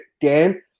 Dan